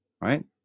right